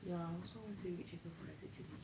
ya also want to eat shaker fries also